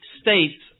states